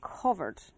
covered